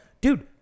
dude